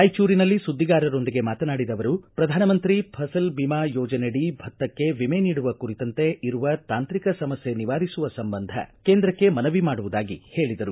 ರಾಯಚೂರಿನಲ್ಲಿ ಸುದ್ದಿಗಾರರೊಂದಿಗೆ ಮಾತನಾಡಿದ ಅವರು ಪ್ರಧಾನಮಂತ್ರಿ ಫಸಲ್ ಬಿಮಾ ಯೋಜನೆಯಡಿ ಭತ್ತಕ್ಷೆ ವಿಮೆ ನೀಡುವ ಕುರಿತಂತೆ ಇರುವ ತಾಂತ್ರಿಕ ಸಮಸ್ಯೆ ನಿವಾರಿಸುವ ಸಂಬಂಧ ಕೇಂದ್ರಕ್ಕೆ ಮನವಿ ಮಾಡುವುದಾಗಿ ಹೇಳಿದರು